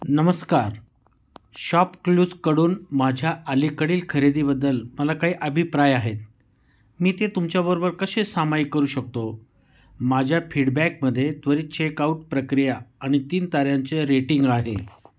नमस्कार शॉपक्लूजकडून माझ्या अलीकडील खरेदीबद्दल मला काही अभिप्राय आहेत मी ते तुमच्याबरोबर कसे सामाईक करू शकतो माझ्या फीडबॅकमध्ये त्वरित चेकआउट प्रक्रिया आणि तीन ताऱ्यांचे रेटिंग आहे